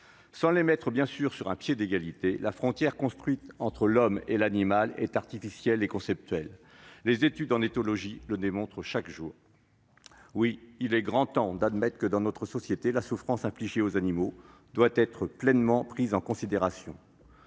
l'homme et l'animal sur un pied d'égalité, la frontière construite entre eux est artificielle et conceptuelle. Les études en éthologie le démontrent chaque jour. Oui, il est grand temps d'admettre que, dans notre société, la souffrance infligée aux animaux doit être pleinement prise en considération.